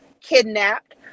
kidnapped